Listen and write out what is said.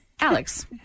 Alex